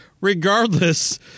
regardless